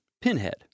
Pinhead